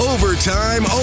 Overtime